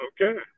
Okay